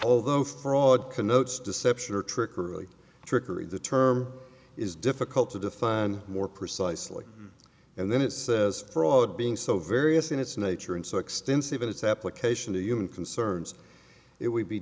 although fraud connotes deception or trickery trickery the term is difficult to define more precisely and then it says fraud being so various in its nature and so extensive in its application to human concerns it would be